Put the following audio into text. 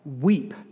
weep